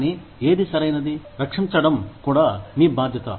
కానీ ఏది సరైనది రక్షించడం కూడా మీ బాధ్యత